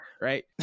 Right